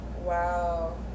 Wow